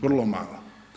Vrlo mala.